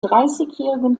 dreißigjährigen